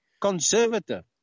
conservative